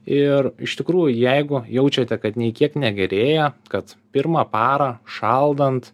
ir iš tikrųjų jeigu jaučiate kad nei kiek negerėja kad pirmą parą šaldant